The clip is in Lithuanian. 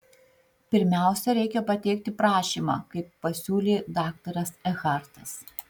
pirmiausia reikia pateikti prašymą kaip pasiūlė daktaras ekhartas